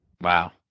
Wow